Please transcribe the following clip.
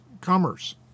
commerce